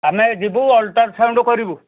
ଆମେ ଯିବୁ ଅଲଟ୍ରାସାଉଣ୍ଡ୍ କରିବୁ